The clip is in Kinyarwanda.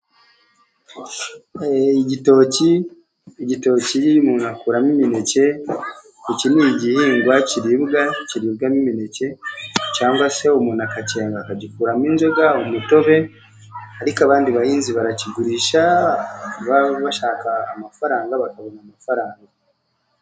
Igitoki umuntu akuramo imineke, iki n'gihingwa kuribwa, kiribwamo imineke, cyangwa se umuntu akakenga akagikuramo inzogera, umutobe ,ariko abandi bahinzi barakigurisha, baba bashaka amafaranga bakabona amafaranga.